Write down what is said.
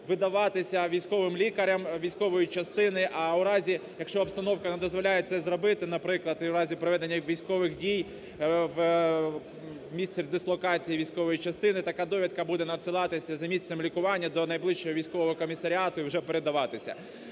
видаватися військовим лікарем військової частини, а у разі ,якщо обстановка не дозволяє це зробити, наприклад, у разі проведення військових дій в місцях дислокації військової частини така довідка буде надсилатися за місцем лікування до найближчого військового комісаріату і вже передаватися.